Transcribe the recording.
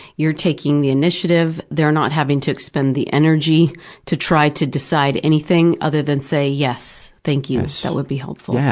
you're taking the initiative, they're not having to expend the energy to try to decide anything other than say yes, thank you, that so would be helpful. yeah